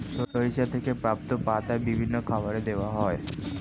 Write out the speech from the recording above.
সরিষা থেকে প্রাপ্ত পাতা বিভিন্ন খাবারে দেওয়া হয়